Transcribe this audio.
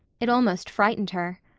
it almost frightened her.